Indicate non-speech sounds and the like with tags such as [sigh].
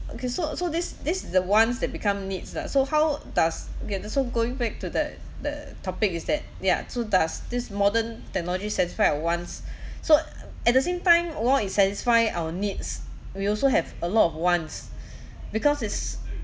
okay so so this this is the wants that become needs lah so how does okay then so going back to that the topic is that ya so does this modern technology satisfied our wants [breath] so at the same time more it's satisfy our needs we also have a lot of wants [breath] because it's